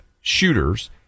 shooters